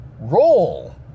roll